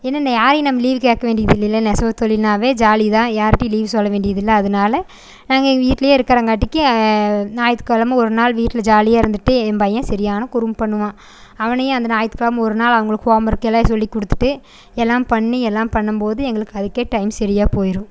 ஏன்னால் நான் யாரையும் நம்ம லீவ் கேட்க வேண்டியது இல்லேலை நெசவு தொழில்னாவே ஜாலி தான் யார்ட்டையும் லீவ் சொல்ல வேண்டியதில்லை அதனால நாங்கள் வீட்டிலையே இருக்கிறங்காட்டிக்கு ஞாயித்துக்கெழமை ஒரு நாள் வீட்டில் ஜாலியாக இருந்துகிட்டு என் பையன் சரியான குறும்பு பண்ணுவான் அவனையும் அந்த ஞாயித்துக்கெழமை ஒரு நாள் அவங்களுக்கு ஹோம் ஒர்க் எல்லாம் சொல்லிக் கொடுத்துவிட்டு எல்லாம் பண்ணி எல்லாம் பண்ணும் போது எங்களுக்கு அதுக்கே டைம் சரியா போயிடும்